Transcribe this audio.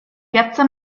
piazza